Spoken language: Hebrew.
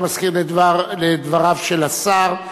אתה מסכים לדבריו של השר,